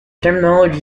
terminology